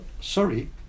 sorry